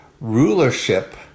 rulership